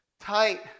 tight